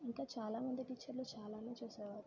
ఇంకా చాలా మంది టీచర్లు చాలానే చేసేవారు